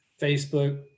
Facebook